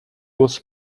was